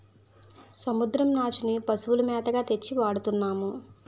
సముద్రం నాచుని పశువుల మేతగా తెచ్చి వాడతన్నాము